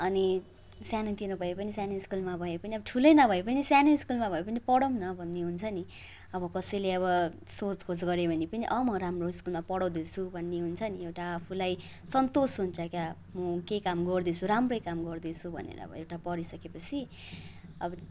अनि सानोतिनो भए पनि सानो स्कुलमा भए पनि अब ठुलै नभए पनि अब सानै स्कुलमा स्कुलमा भए पनि पढाउँ न भन्ने हुन्छ नि अब कसैले अब सोधखोज गरे भने पनि अँ म राम्रो स्कुलमा पढाउँदैछु भन्ने हुन्छ नि एउटा आफूलाई सन्तोष हुन्छ क्या म केही काम गर्दैछु राम्रै काम गर्दैछु भनेर अब एउटा पढिसकेपछि अब